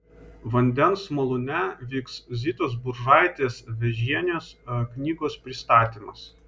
vandens malūne vyks zitos buržaitės vėžienės knygos pristatymas